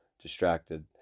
distracted